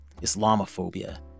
Islamophobia